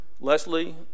Leslie